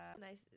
Nice